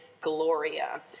Gloria